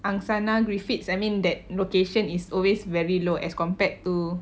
angsana griffiths I mean that location is always very low as compared to